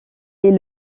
est